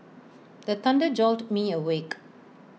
the thunder jolt me awake